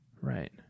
Right